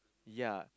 ya